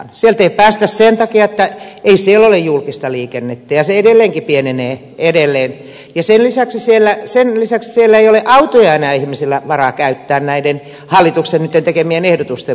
sieltä ei päästä sen takia että ei siellä ole julkista liikennettä ja se edelleenkin vähenee edelleen ja sen lisäksi siellä ei ole autoja enää ihmisillä varaa käyttää näiden hallituksen nytten tekemien ehdotusten takia